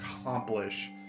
accomplish